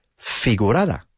figurada